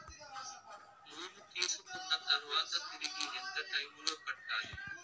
లోను తీసుకున్న తర్వాత తిరిగి ఎంత టైములో కట్టాలి